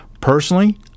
Personally